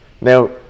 Now